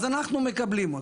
אז אנחנו מקבלים אותו.